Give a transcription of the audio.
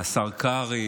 השר קרעי,